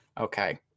Okay